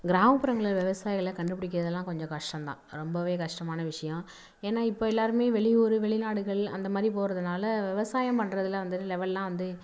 கிராமப்புறங்களில் விவசாயிகளை கண்டுப்பிடிக்கிறதெல்லாம் கொஞ்சம் கஷ்டோம்தான் ரொம்பவே கஷ்டமான விஷயம் ஏன்னா இப்போ எல்லாரும் வெளியூர் வெளிநாடுகள் அந்த மாதிரி போகிறதுனால விவசாயம் பண்றதில் வந்து லெவல்லாம் வந்து